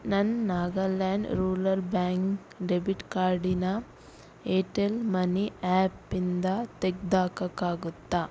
ನನ್ನ Nagaland rural bank debit ಕಾರ್ಡಿನ Airtel money ಆ್ಯಪಿಂದ ತೆಗ್ದು ಹಾಕೋಕ್ಕಾಗುತ್ತಾ